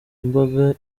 mbaga